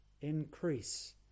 increase